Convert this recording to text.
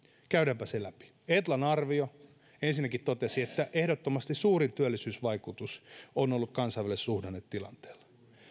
käydäänpä se läpi etlan arvio ensinnäkin totesi että ehdottomasti suurin työllisyysvaikutus on ollut kansainvälisellä suhdannetilanteella